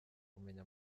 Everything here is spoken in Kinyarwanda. kumenya